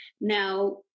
Now